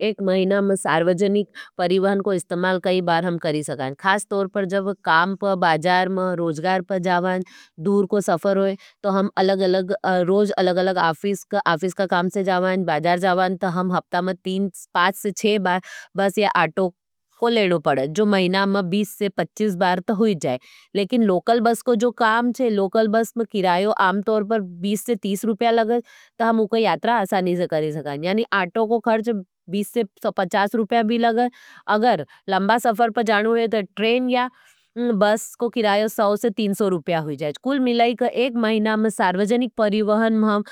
एक महिना में सार्वजनिक परिवहन को इस्तमाल कई बार हम करी सकाँ। खास तोर पर जब काम पर, बाजार में, रोजगार पर जावाँ, दूर को सफर होई, तो हम अलग-अलग, रोज अलग-अलग ऑफिस का काम से जावाँ, बाजार जावाँ तो हम हफ्ता में पाँच से छः बार बस या आटो को लेनो पड़ें। जो महिना में बीस पच्चीस बार तो होई जाएं। लेकिन लोकल बस को जो काम है, लोकल बस में किरायों आम तोर पर बीस तीस रुपया लगें, तो हम यात्रा आसानी से करी सकाँ। यानि आटो को करच बीस पचास रुपया भी लगें। अगर लंबा सफर पर जानू है तो ट्रेन या बस को किरायों सौ तीन सौ रुपया होई जाएं। कुल मिलाई का एक महिना में सार्वजनिक परिवहन में हम